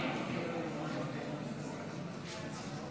לסעיף 45 בדבר תוספת תקציב לא נתקבלו.